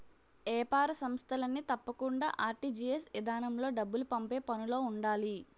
ఏపార సంస్థలన్నీ తప్పకుండా ఆర్.టి.జి.ఎస్ ఇదానంలో డబ్బులు పంపే పనులో ఉండాలి